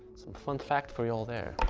fun fact for ya there.